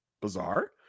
bizarre